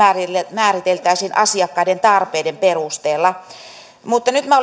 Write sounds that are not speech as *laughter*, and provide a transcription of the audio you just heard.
määriteltäisiin asiakkaiden tarpeiden perusteella mutta nyt minä *unintelligible*